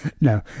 No